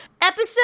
Episode